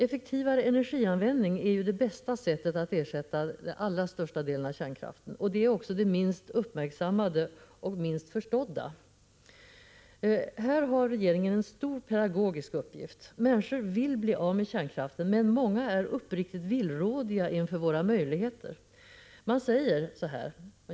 Effektivare energianvändning är ju det bästa sättet att ersätta den allra största delen av kärnkraften. Det är också det minst uppmärksammade och sämst förstådda sättet. Här har regeringen en stor pedagogisk uppgift. Människor vill bli av med kärnkraften, men många är uppriktigt villrådiga inför våra möjligheter.